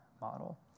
model